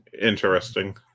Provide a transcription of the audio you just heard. Interesting